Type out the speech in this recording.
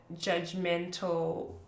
judgmental